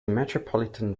metropolitan